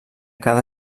cada